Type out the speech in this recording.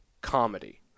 comedy